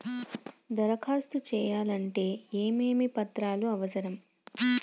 దరఖాస్తు చేయాలంటే ఏమేమి పత్రాలు అవసరం?